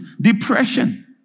depression